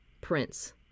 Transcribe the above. Prince